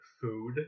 food